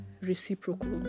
reciprocal